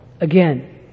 again